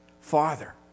Father